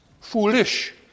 foolish